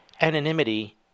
anonymity